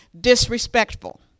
disrespectful